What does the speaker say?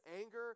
anger